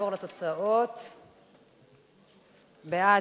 ונעבור לתוצאות: בעד,